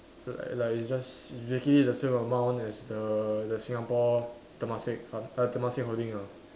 like like it's just it's basically the same amount as the the Singapore Temasek fund uh Temasek holding lah